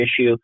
issue